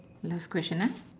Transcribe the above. last question ah